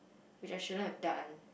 which I shouldn't have done